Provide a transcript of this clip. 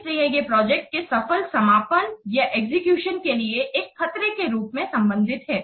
इसलिए ये प्रोजेक्ट के सफल समापन या एग्जीक्यूशन के लिए एक खतरे के रूप में संबंधित हैं